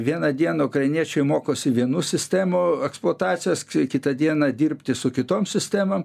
vieną dieną ukrainiečiai mokosi vienų sistemų eksploatacijos kitą dieną dirbti su kitom sistemom